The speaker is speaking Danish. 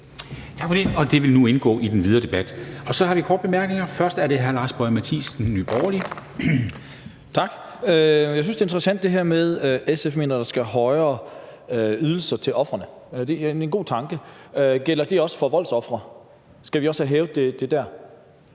det vil nu indgå i den videre debat. Så har vi korte bemærkninger. Den første er fra hr. Lars Boje Mathiesen, Nye Borgerlige. Kl. 10:23 Lars Boje Mathiesen (NB): Tak. Jeg synes, det er interessant, at SF mener, at der skal være højere ydelser til ofrene. Det er en god tanke. Gælder det også for voldsofre? Skal vi også have hævet det der?